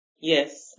yes